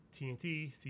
TNT